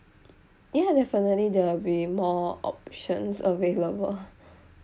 ya definitely there will be more options available